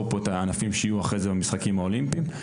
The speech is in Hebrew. פה את הענפים שיהיו אחר-כך במשחקים האולימפיים.